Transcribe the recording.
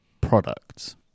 products